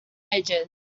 edges